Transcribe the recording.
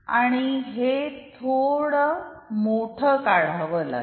आणि हे थोडं मोठं काढाव लागेल